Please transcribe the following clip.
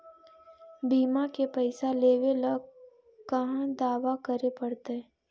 बिमा के पैसा लेबे ल कहा दावा करे पड़तै?